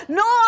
no